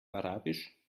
arabisch